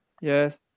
Yes